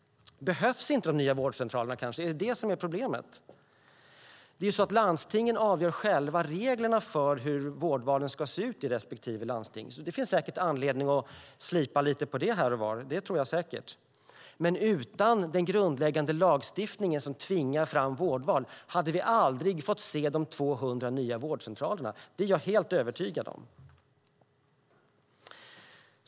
Behövs inte de nya vårdcentralerna kanske? Är det det som är problemet? Landstingen avgör själva reglerna för hur vårdvalen ska se ut i respektive landsting, så det finns säkert anledning att slipa lite på det här och var, det tror jag säkert. Men utan den grundläggande lagstiftningen som tvingar fram vårdval hade vi aldrig fått se de 200 nya vårdcentralerna. Det är jag helt övertygad om.